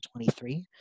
23